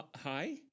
Hi